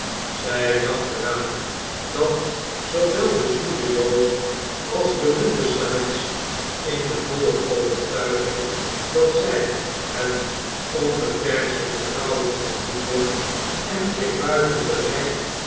zij dacht er aan dat zoowel de sluwe jood als de ruwe sikes in de volle overtuiging dat zij het onbeperktste vertrouwen verdiende en zich buiten bereik